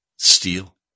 steal